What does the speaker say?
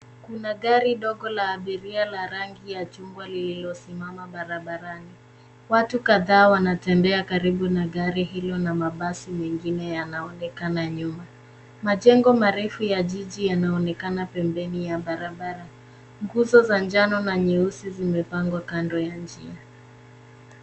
Kuna gari dogo la abiria la rangi ya chungwa lililosimama barabarani. Watu kadhaa wanatembea karibu na gari hilo na mabasi mengine yanaonekana nyuma. Majengo marefu ya jiji yanaonekana pembeni ya barabara. Nguzo za njano na nyeusi zimepangwa kando ya njia.